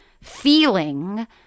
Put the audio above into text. feeling